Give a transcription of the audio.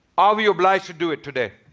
are we obliged to do it today?